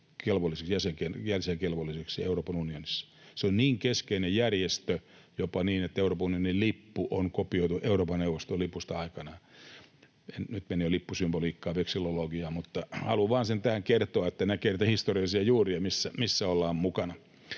jäsenkelvolliseksi Euroopan unionissa. Se on niin keskeinen järjestö, jopa niin, että Euroopan unionin lippu on kopioitu Euroopan neuvoston lipusta aikanaan. Nyt menee jo lippusymboliikkaan, veksillologiaan, mutta haluan vain kertoa sen tähän, että näkee näitä historiallisia juuria, missä ollaan mukana.